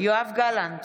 יואב גלנט,